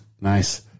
nice